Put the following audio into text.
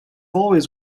always